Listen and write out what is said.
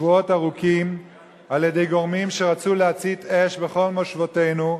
שבועות ארוכים על-ידי גורמים שרצו להצית אש בכל מושבותינו,